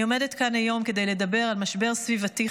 אני עומדת כאן היום כדי לדבר על משבר סביבתי